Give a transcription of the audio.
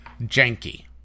janky